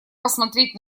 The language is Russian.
посмотреть